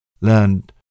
learned